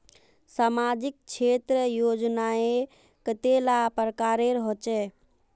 सामाजिक क्षेत्र योजनाएँ कतेला प्रकारेर होचे?